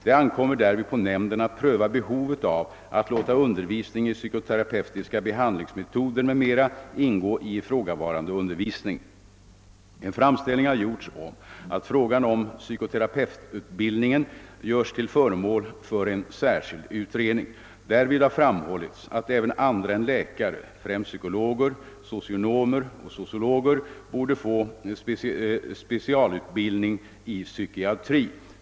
Det ankommer därvid på nämnden att pröva behovet av att låta undervisning i psykoterapeutiska behandlingsmetoder m.m. ingå i ifrågavarande undervisning. En framställning har gjorts om. att frågan om psykoterapiutbildningen görs till föremål för en särskild utredning. Därvid har framhållits att även andra än läkare, främst psykologer, socionomer och sociologer, borde få specialutbildning i psykoterapi.